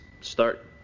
start